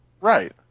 right